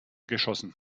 geschossen